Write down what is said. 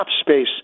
space